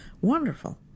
Wonderful